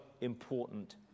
important